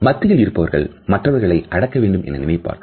மதியத்தில் இருப்பவர்கள் மற்றவர்களை அடக்க வேண்டும் என நினைப்பவர்